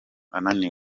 ananiwe